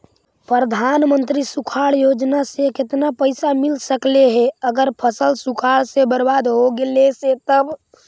प्रधानमंत्री सुखाड़ योजना से केतना पैसा मिल सकले हे अगर फसल सुखाड़ से बर्बाद हो गेले से तब?